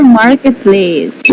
marketplace